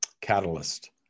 catalyst